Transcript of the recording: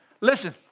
Listen